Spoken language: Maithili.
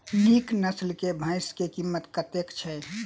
नीक नस्ल केँ भैंस केँ कीमत कतेक छै?